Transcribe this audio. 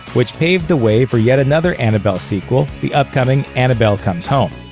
which paved the way for yet another annabelle sequel the upcoming annabelle comes home.